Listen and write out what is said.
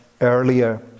earlier